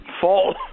fall